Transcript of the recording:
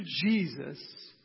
Jesus